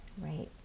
Right